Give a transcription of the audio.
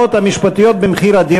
נתקבלה.